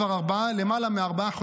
כבר למעלה מארבעה חודשים,